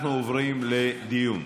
אנחנו עוברים לדיון.